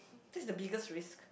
that's the biggest risk